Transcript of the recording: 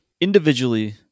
Individually